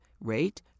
rate